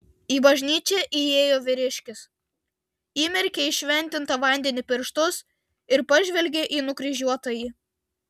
į bažnyčią įėjo vyriškis įmerkė į šventintą vandenį pirštus ir pažvelgė į nukryžiuotąjį